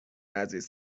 عزیز